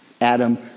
Adam